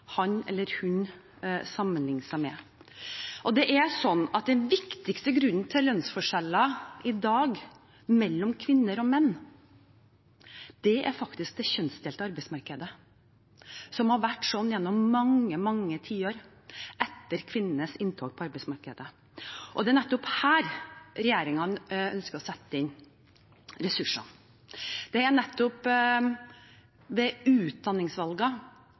han eller hun sammenligner seg med. Den viktigste grunnen til lønnsforskjeller mellom kvinner og menn i dag er det kjønnsdelte arbeidsmarkedet, som har vært sånn gjennom mange, mange tiår – etter kvinnenes inntog på arbeidsmarkedet. Det er nettopp her regjeringen ønsker å sette inn ressurser. Det